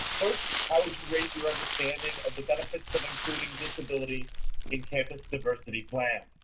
first, how would you rate your understanding of the benefits of including disability in campus diversity plans?